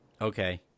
Okay